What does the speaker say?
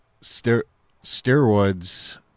Steroids